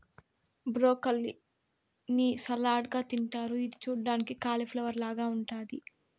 broccoli ని salad గా తింటారు ఇది చూడ్డానికి కాలిఫ్లవర్ లాగ ఉంటాది